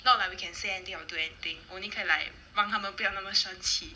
not like we can say anything or do anything only can like 让他们不要那么生气